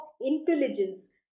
intelligence